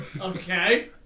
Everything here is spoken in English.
Okay